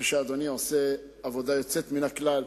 אני חושב שאדוני עושה עבודה יוצאת מן הכלל.